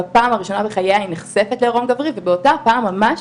בפעם הראשונה בחייה היא נחשפת לעירום גברי ובאותה פעם ממש,